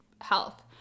health